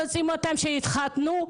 איתם.